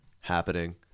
happening